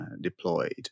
deployed